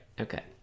Okay